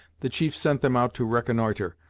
the chief sent them out to reconnoitre,